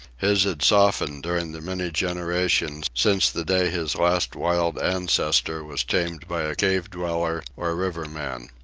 his had softened during the many generations since the day his last wild ancestor was tamed by a cave-dweller or river man.